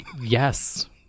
Yes